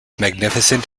magnificent